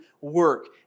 work